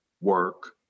work